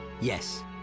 Yes